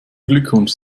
glückwunsch